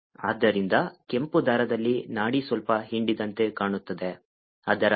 ಆದ್ದರಿಂದ ಕೆಂಪು ದಾರದಲ್ಲಿ ನಾಡಿ ಸ್ವಲ್ಪ ಹಿಂಡಿದಂತೆ ಕಾಣುತ್ತದೆ ಅದರ ಅಗಲವು ಕೇವಲ 0